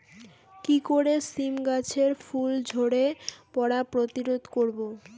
কি করে সীম গাছের ফুল ঝরে পড়া প্রতিরোধ করব?